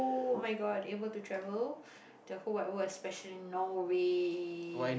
oh-my-god able to travel the whole wide world especially Norway